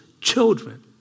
children